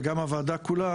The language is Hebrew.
וגם הוועדה כולה,